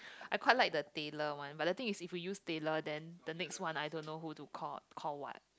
I quite like the Taylor one but the thing is if we use Taylor then the next one I don't know who to call call what